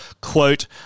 Quote